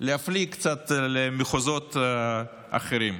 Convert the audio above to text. להפליג קצת למחוזות אחרים.